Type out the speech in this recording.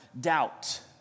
doubt